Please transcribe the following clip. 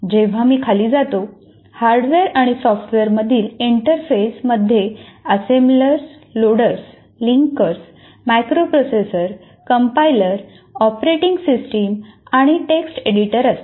जेव्हा मी खाली जातो "हार्डवेअर आणि सॉफ्टवेअरमधील इंटरफेस" मध्ये assembler loaders linkers macro processor compiler operating system आणि टेक्स्ट एडिटर असतात